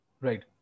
right